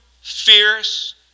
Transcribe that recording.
fierce